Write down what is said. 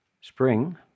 spring